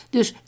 Dus